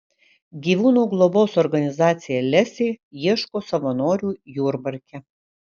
gyvūnų globos organizacija lesė ieško savanorių jurbarke